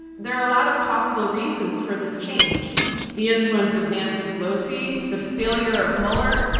there are a lot of possible reasons for this change the influence of nancy pelosi, the failure of mueller,